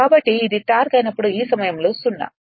కాబట్టి ఇది టార్క్ అయినప్పుడు ఈ సమయంలో 0